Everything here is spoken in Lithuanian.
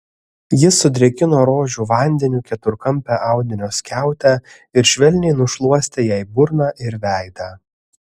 jis sudrėkino rožių vandeniu keturkampę audinio skiautę ir švelniai nušluostė jai burną ir veidą